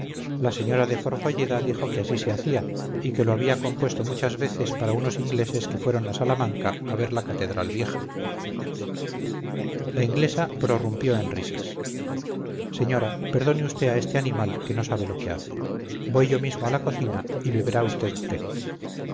la señora de forfolleda dijo que así se hacía y que lo había compuesto muchas veces para unos ingleses que fueron a salamanca a ver la catedral vieja la inglesa prorrumpió en risas señora perdone usted a este animal que no sabe lo que hace voy yo mismo a la cocina y beberá usted